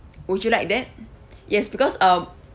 would you like that yes because um